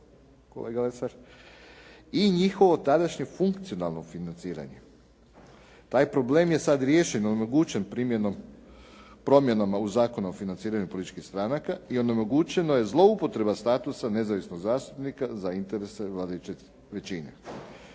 i njihovo tadašnje funkcionalno financiranje. Taj problem je sad riješen i onemogućen promjenama u Zakonu o financiranju političkih stranaka i onemogućena je zloupotreba statusa nezavisnog zastupnika za interese vladajuće većine.